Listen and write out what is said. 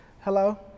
Hello